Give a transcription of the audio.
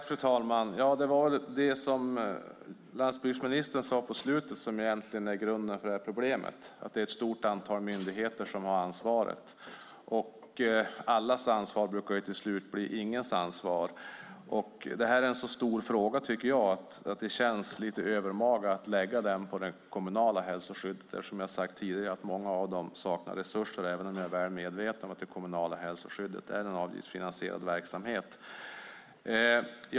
Fru talman! Det är det som landsbygdsministern sade på slutet som egentligen är grunden till problemet. Det är ett stort antal myndigheter som har ansvaret. Allas ansvar brukar ju till slut bli ingens ansvar. Det här tycker jag är en så stor fråga att det känns lite övermaga att lägga den på det kommunala hälsoskyddet. Som jag har sagt tidigare saknar många av dem resurser, även om jag är väl medveten om att det kommunala hälsoskyddet är en avgiftsfinansierad verksamhet.